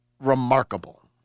remarkable